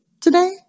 today